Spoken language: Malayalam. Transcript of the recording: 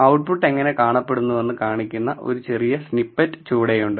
ഔട്ട്പുട്ട് എങ്ങനെ കാണപ്പെടുന്നുവെന്ന് കാണിക്കുന്ന ഒരു ചെറിയ സ്നിപ്പെറ്റ് ചുവടെയുണ്ട്